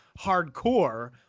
hardcore